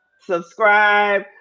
subscribe